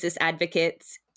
advocates